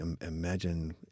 imagine